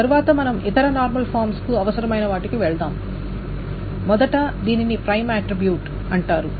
తరువాత మనం ఇతర నార్మల్ ఫామ్స్ కు అవసరమైన వాటికి వెళ్తాము మొదట దీనిని ప్రైమ్ ఆట్రిబ్యూట్ అంటారు